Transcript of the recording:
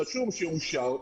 רשום שאושר,